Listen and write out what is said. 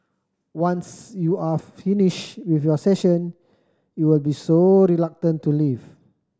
once you're finished with your session you'll be so reluctant to leave